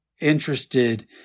interested